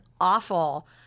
awful